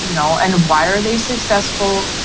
you know and why are they successful?